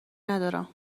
ندارم